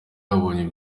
yabonye